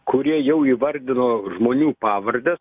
kurie jau įvardino žmonių pavardes